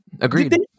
agreed